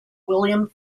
william